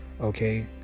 okay